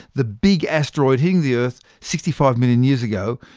the big asteroid hitting the earth sixty five million years ago,